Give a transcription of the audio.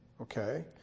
Okay